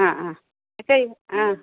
ആ ആ ചെയ്യും ആ